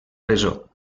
presó